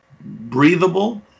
breathable